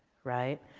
right.